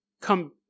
come